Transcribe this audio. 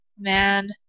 Man